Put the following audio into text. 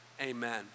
amen